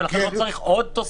תודה.